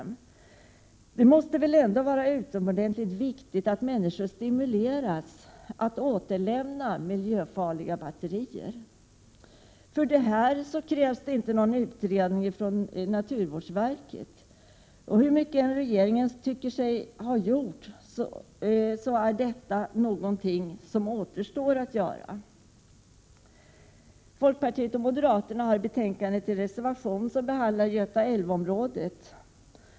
Men det måste väl ändå vara utomordentligt viktigt att människor stimuleras att återlämna miljöfarliga batterier. För detta krävs det inte någon utredning från naturvårdsverkets sida. Hur mycket regeringen än tycker sig ha gjort, återstår ändå arbetet på detta område. Folkpartiet och moderaterna har en reservation om Göta älv-området.